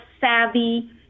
savvy